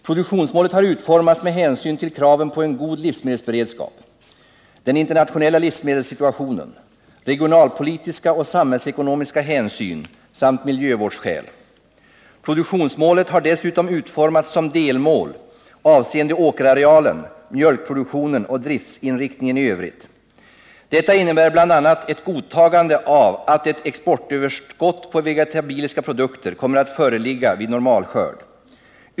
Produktionsmålet har utformats med hänsyn till kraven på en god livsmedelsberedskap, den internationella livsmedelssituationen, regionalpolitiska och samhällsekonomiska hänsyn samt miljövårdsskäl. Produktionsmålet har dessutom utformats som delmål avseende åkerarealen, mjölkproduktionen och driftsinriktningen i övrigt. Detta innebär bl.a. ett godtagande av att ett exportöverskott på vegetabiliska produkter kommer att föreligga vid normal 105 skörd.